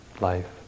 life